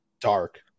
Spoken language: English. dark